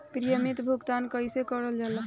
Premium भुगतान कइसे कइल जाला?